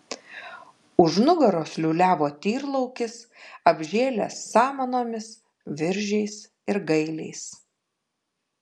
už nugaros liūliavo tyrlaukis apžėlęs samanomis viržiais ir gailiais